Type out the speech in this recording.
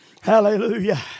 Hallelujah